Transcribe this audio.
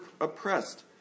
oppressed